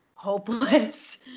hopeless